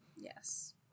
Yes